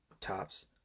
tops